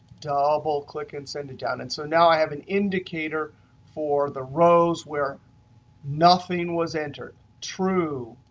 double click and send it down. and so now i have an indicator for the rows where nothing was entered. true,